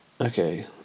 Okay